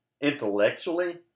intellectually